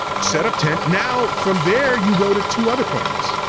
set up tent, now from there you go to two other planets.